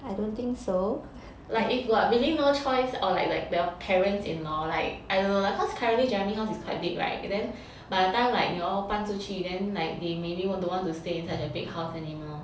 like if got really no choice or like like your parents-in-law like I don't know like cause currently jeremy house is quite big [right] then by the time like you all 搬出去 then like they maybe don't want to stay in such a big house anymore